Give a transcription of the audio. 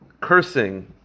cursing